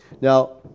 now